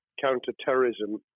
counter-terrorism